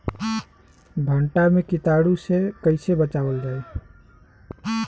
भनटा मे कीटाणु से कईसे बचावल जाई?